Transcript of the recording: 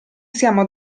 siamo